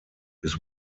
his